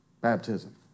baptism